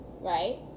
right